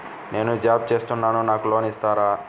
నేను జాబ్ చేస్తున్నాను నాకు లోన్ ఇస్తారా?